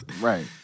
Right